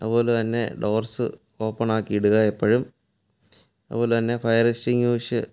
അതുപോലെ തന്നെ doors open ആക്കി ഇടുക എപ്പോഴും അതുപോലെ തന്നെ ഫയർ എസ്റ്റിംഗുഷ്